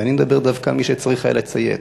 אני מדבר דווקא על מי שצריך היה לציית.